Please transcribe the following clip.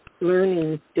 Learning